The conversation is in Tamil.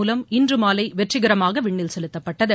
மூலம் இன்று மாலை வெற்றிகரமாக விண்ணில் செலுத்தப்பட்டது